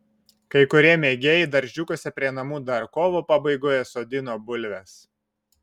kai kurie mėgėjai daržiukuose prie namų dar kovo pabaigoje sodino bulves